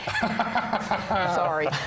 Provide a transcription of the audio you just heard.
Sorry